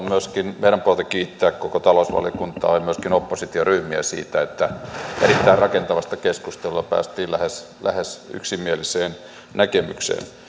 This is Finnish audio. myöskin meidän puoleltamme kiittää koko talousvaliokuntaa ja myöskin oppositioryhmiä erittäin rakentavasta keskustelusta päästiin lähes lähes yksimieliseen näkemykseen